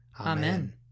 Amen